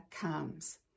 comes